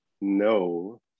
no